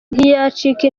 ntiyacika